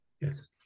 Yes